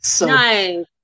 Nice